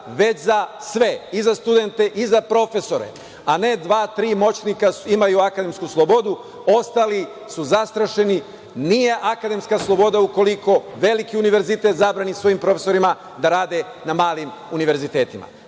već za sve, i za studente i za profesore. Ne da dva, tri moćnika imaju akademsku slobodu, a ostali su zastrašeni. Nije akademska sloboda ukoliko veliki univerzitet zabrani svojim profesorima da rade na malim univerzitetima.